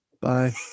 Bye